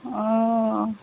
অ